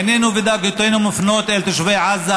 עינינו ודאגותינו מופנות אל תושבי עזה,